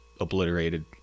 obliterated